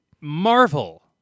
marvel